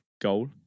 goal